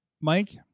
Mike